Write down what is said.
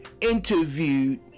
interviewed